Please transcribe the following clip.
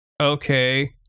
okay